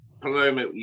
paloma